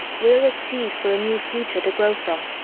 we're a seed for a new future to grow from.